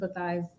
empathize